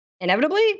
inevitably